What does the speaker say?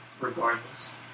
regardless